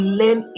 learn